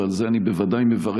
ועל זה אני בוודאי מברך,